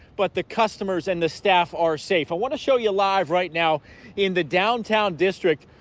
but the customers and the staff are safe i want to show you live right now in the downtown district.